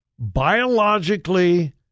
biologically